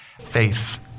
Faith